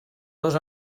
dos